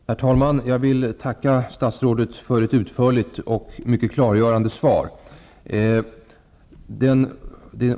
Herr talman! Jag vill tacka statsrådet för ett utför ligt och mycket klargörande svar.